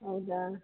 ಹೌದಾ